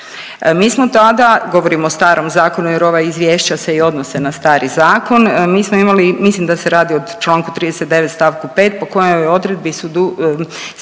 Mi smo tada, govorim o starom zakonu jer ova izvješća se i odnose na stari zakon, mi smo imali mislim da se radi o čl. 39. st. 5. po kojoj odredbi su sva